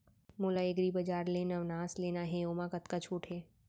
मोला एग्रीबजार ले नवनास लेना हे ओमा कतका छूट हे?